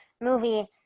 movie